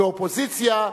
כאופוזיציה,